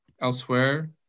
elsewhere